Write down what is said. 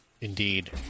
Indeed